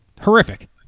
Horrific